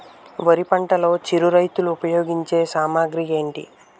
వరి పంటలో చిరు రైతులు ఉపయోగించే సామాగ్రి ఏంటి?